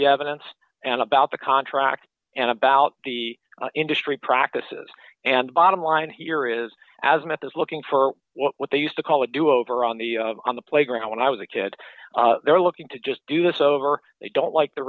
the evidence and about the contract and about the industry practices and bottom line here is as i'm at this looking for what they used to call a do over on the on the playground when i was a kid they're looking to just do this over they don't like the